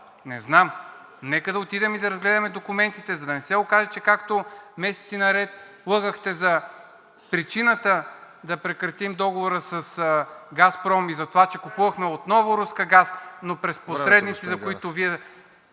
не знам. Нека да отидем и да разгледаме документите, за да не се окаже, че както месеци наред лъгахте за причината да прекратим Договора с „Газпром“ и затова, че купувахме отново руски газ, но през посредници… ПРЕДСЕДАТЕЛ